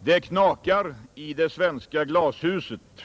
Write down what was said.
”Det knakar i det svenska glashuset.